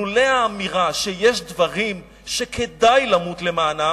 לולא האמירה שיש דברים שכדאי למות למענם,